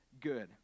good